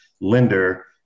lender